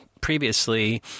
previously